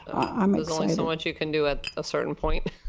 i mean like so much you can do at ah certain point.